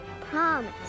Promise